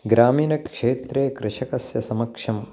ग्रामीणक्षेत्रे कृषकस्य समक्षम्